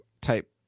type